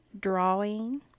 drawing